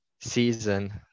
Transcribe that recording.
season